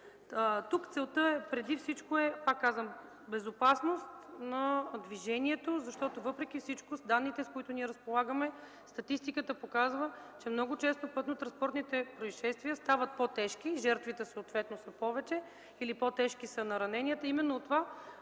Тук целта преди всичко, пак казвам, е безопасност на движението, защото въпреки всичко – данните, с които разполагаме, статистиката показва, че много често пътно-транспортните произшествия стават по-тежки и жертвите съответно са повече или по-тежки са нараняванията